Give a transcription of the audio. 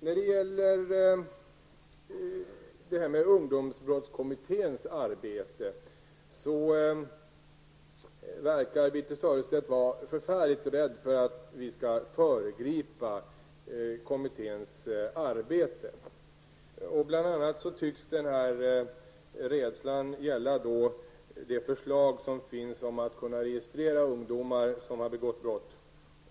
Birthe Sörestedt verkar vara förfärligt rädd för vad hon anser att föregripa ungdomsbrotttskommitténs arbete. Denna rädsla tycks bl.a. gälla det förslag som finns om att kunna registrera ungdomar som har begått brott